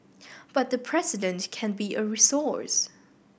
but the President can be a resource